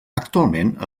actualment